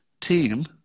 team